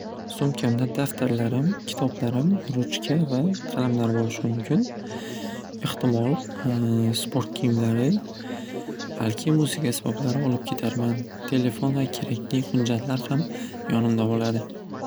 Sumkamda daftarlarim kitoblarim ruchka va qalamlar bo'lishi mumkin ehtimol sport kiyimlari balki musiqa asboblari olib ketarman telefon va kerakli hujjatlar ham yonimda bo'ladi.